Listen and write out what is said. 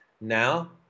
Now